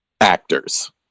actors